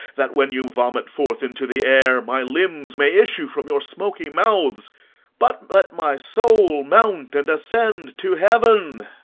that, when you vomit forth into the air, my limbs may issue from your smoky mouths but let my soul mount and ascend to heaven!